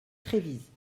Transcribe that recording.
trévise